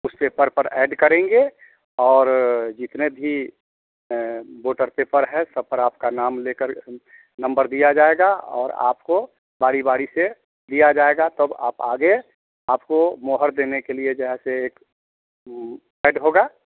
उस पेपर पर ऐड करेंगे और जितने भी वोटर पेपर हैं सब पर आपका नाम लेकर नंबर दिया जाएगा और आपको बारी बारी से दिया जाएगा तब आप आगे आपको मोहर देने के लिए जहाँ पे एक ऐड होगा